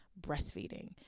breastfeeding